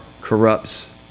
corrupts